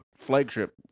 flagship